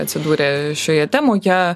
atsidūrė šioje temoje